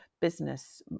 business